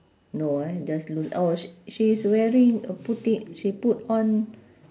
no ah just loo~ oh sh~ she's wearing uh putting she put on